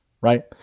right